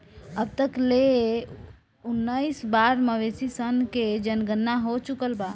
अब तक ले उनऽइस बार मवेशी सन के जनगणना हो चुकल बा